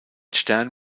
stern